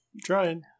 trying